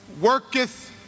worketh